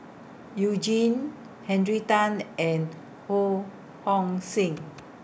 YOU Jin Henry Tan and Ho Hong Sing